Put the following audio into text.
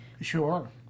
Sure